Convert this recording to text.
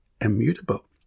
immutable